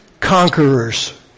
Conquerors